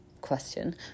question